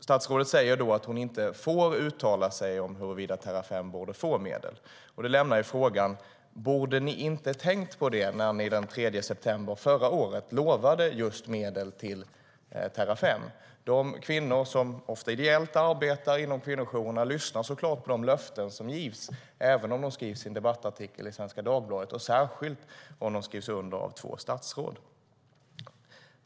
Statsrådet säger då att hon inte får uttala sig om huruvida Terrafem borde få medel. Det lämnar frågan: Borde ni inte ha tänkt på det när ni den 3 september förra året lovade just medel till Terrafem? De kvinnor som, ofta ideellt, arbetar inom kvinnojourerna lyssnar såklart på de löften som ges även om de skrivs i en debattartikel i Svenska Dagbladet och särskilt om de skrivs under av två statsråd.